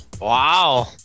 Wow